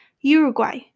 Uruguay